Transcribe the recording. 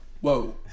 Whoa